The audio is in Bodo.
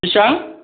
बेसेबां